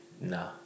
no